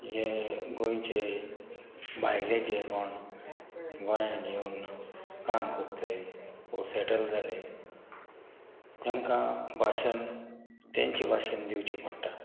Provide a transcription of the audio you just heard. हे गोंयचे भायले जे कोण गोंयान येवन काम कोत्ताय वो सेटल जाले तांकां भाशण तांची भाशेन दिवची पडटा